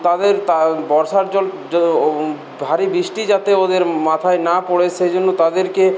তাদের তা বর্ষার জল ভারী বৃষ্টি যাতে ওদের মাথায় না পড়ে সেই জন্য তাদেরকে